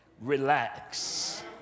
relax